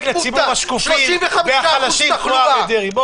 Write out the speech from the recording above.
לציבור השקופים והחלשים כמו אריה דרעי.